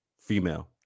female